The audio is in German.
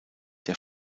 der